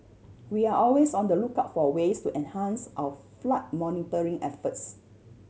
we are always on the lookout for ways to enhance our flood monitoring efforts